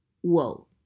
Whoa